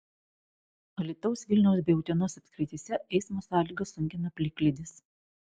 alytaus vilniaus bei utenos apskrityse eismo sąlygas sunkina plikledis